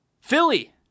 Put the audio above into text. Philly